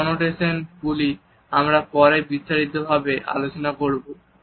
এই কনোটেশনগুলিকে নিয়ে আমরা পরে বিস্তারিতভাবে আলোচনা করব